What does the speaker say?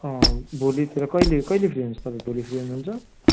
अँ भोलितिर कहिले कहिले फ्री हुन्छ तपाईँ भोलि फ्री हुनुहुन्छ